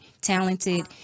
talented